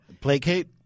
Placate